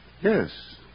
Yes